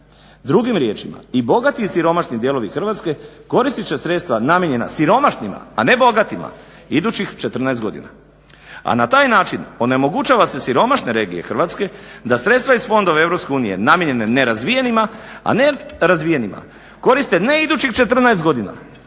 Drugim riječima i bogati i siromašni dijelovi Hrvatske koristit će sredstva namijenjena siromašnima, a ne bogatima idućih 14 godina, a na taj način onemogućava se siromašne regije Hrvatske da sredstva iz fondova EU namijenjene nerazvijenima a ne razvijenima koriste ne idućih 14 godina